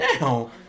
now